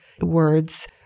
words